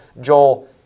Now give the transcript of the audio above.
Joel